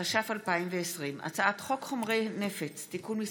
התש"ף 2020, הצעת חוק חומרי נפץ (תיקון מס'